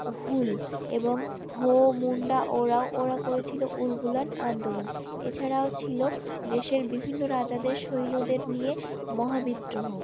হূল এবং হো মুন্ডা ওঁরাও ওরা করেছিলো উলগুলান আন্দোলন এছাড়াও ছিলো দেশের বিভিন্ন রাজাদের সৈন্যদের নিয়ে মহা বিদ্রোহ